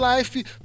Life